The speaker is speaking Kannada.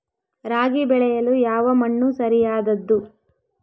ರಾಗಿ ಬೆಳೆಯಲು ಯಾವ ಮಣ್ಣು ಸರಿಯಾದದ್ದು?